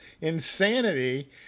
insanity